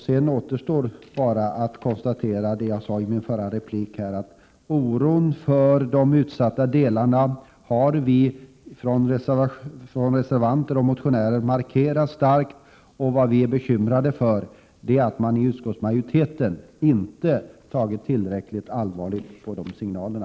Sedan återstår bara att konstatera det jag sade i min förra replik: Vi motionärer och reservanter har starkt markerat oron för de utsatta landsdelarna, och vi är bekymrade för att utskottsmajoriteten inte har tagit tillräckligt allvarligt på de signalerna.